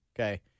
okay